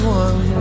one